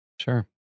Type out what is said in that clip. Sure